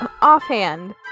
Offhand